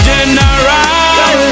General